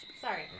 Sorry